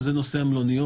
וזה נושא המלוניות,